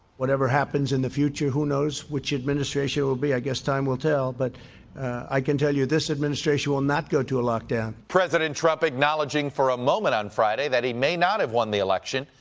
whatever happens in the future, who knows which administration will be, i guess time will tell, but i can tell you, this administration will not go to a lockdown. president trump acknowledging for a moment on friday he may not have won the election,